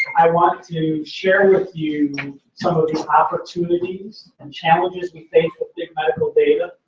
i want to share with you some of these opportunities and challenges we face with big medical data,